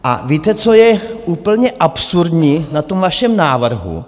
A víte, co je úplně absurdní na tom vašem návrhu?